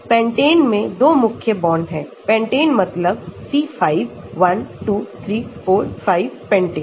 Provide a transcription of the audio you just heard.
pentane में 2 मुख्य bond हैं पेंटेन मतलब C5 12345 पेंटेन